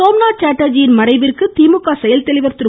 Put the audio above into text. சோம்நாத் சாட்டர்ஜியின் மறைவுக்கு திமுக செயல் தலைவர் திரு